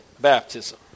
baptism